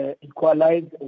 equalize